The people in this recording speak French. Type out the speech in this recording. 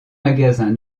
magasins